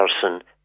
person